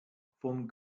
vom